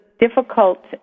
difficult